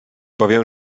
bowiem